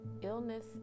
illness